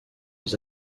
aux